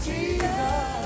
Jesus